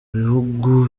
bihugu